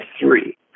three